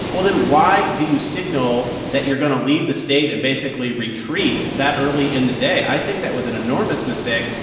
well, then why do you signal that you're going to leave the state and basically retreat that early in the day? i think that was an enormous mistake,